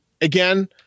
again